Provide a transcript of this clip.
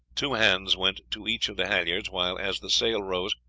two hands went to each of the halliards, while, as the sail rose,